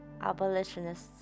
abolitionists